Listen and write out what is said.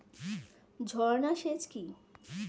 ঝর্না সেচ কি?